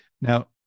Now